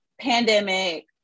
pandemic